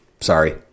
Sorry